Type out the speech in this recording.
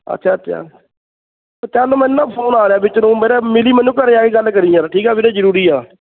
ਅੱਛਾ ਅੱਛਾ ਚੱਲ ਮੈਨੂੰ ਨਾ ਫੋਨ ਆ ਰਿਹਾ ਵਿੱਚ ਨੂੰ ਮੇਰਾ ਮਿਲੀ ਮੈਨੂੰ ਘਰੇ ਆ ਕੇ ਗੱਲ ਕਰੀ ਯਾਰ ਠੀਕ ਆ ਵੀਰੇ ਜ਼ਰੂਰੀ ਆ